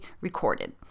recorded